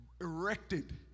erected